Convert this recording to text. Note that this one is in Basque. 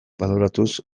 baloratuz